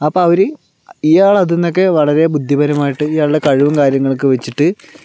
അപ്പം അവർ ഇയാൾ അതിൽ നിന്നൊക്കെ വളരെ ബുദ്ധിപരമായിട്ട് ഇയാളുടെ കഴിവും കാര്യങ്ങളൊക്കെ വച്ചിട്ട്